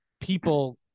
people